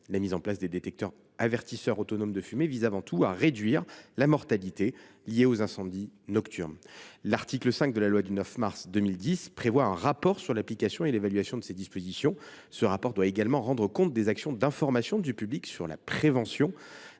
La mise en place des détecteurs avertisseurs autonomes de fumée vise avant tout à réduire la mortalité liée aux incendies nocturnes. L’article 5 de la loi du 9 mars 2010 prévoit un rapport sur l’application et l’évaluation de ses dispositions. Ce document doit également rendre compte des actions d’information du public sur la prévention